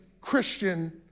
Christian